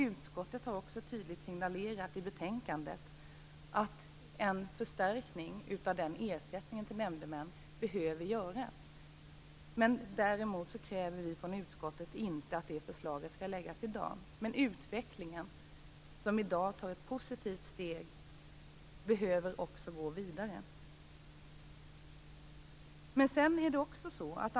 Utskottet har också tydligt signalerat i betänkandet att en förstärkning av ersättningen till nämndemän behöver göras. Däremot kräver vi från utskottet inte att det förslaget skall framläggas i dag. Men utvecklingen, som i dag tar ett positivt steg, behöver också gå vidare.